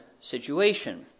situation